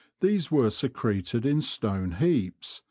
these were secreted in stone heaps,